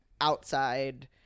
outside